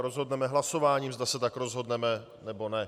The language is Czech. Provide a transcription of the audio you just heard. Rozhodneme hlasováním, zda se tak rozhodneme, nebo ne.